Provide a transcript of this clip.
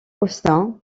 austin